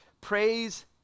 praise